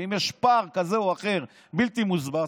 ואם יש פער כזה או אחר בלתי מוסבר,